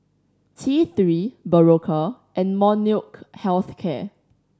T Three Berocca and Molnylcke Health Care